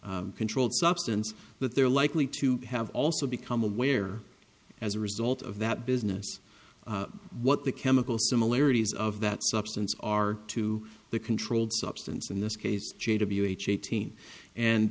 a controlled substance that they're likely to have also become aware as a result of that business what the chemical similarities of that substance are to the controlled substance in this case j w h eighteen and